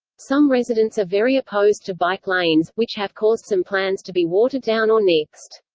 some residents are very opposed to bike lanes, which have caused some plans to be watered down or nixed.